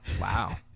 Wow